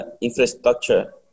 infrastructure